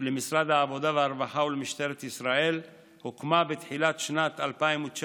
למשרד העבודה והרווחה ולמשטרת ישראל הוקמה בתחילת שנת 2019